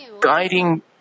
guiding